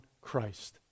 Christ